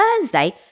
Thursday